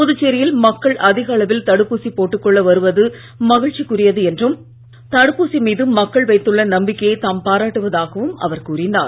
புதுச்சேரியில் மக்கள் அதிக அளவில் தடுப்பூசி போட்டுக் கொள்ள வருவது மகிழ்ச்சிக்குரியது என்றும் தடுப்பூசி மீது மக்கள் வைத்துள்ள நம்பிக்கையை தாம் பாராட்டுவதாகவும் அவர் கூறினார்